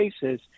cases